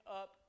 up